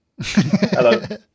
hello